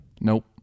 Nope